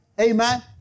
Amen